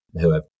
whoever